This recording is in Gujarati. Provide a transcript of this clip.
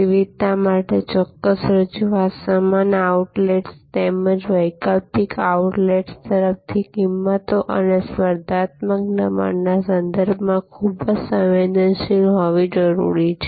વિવિધતા માટે ચોક્કસ રજૂઆત સમાન આઉટલેટ્સ તેમજ વૈકલ્પિક આઉટલેટ્સ તરફથી કિંમતો અને સ્પર્ધાત્મક દબાણના સંદર્ભમાં ખૂબ સંવેદનશીલ હોવી જરૂરી છે